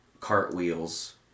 cartwheels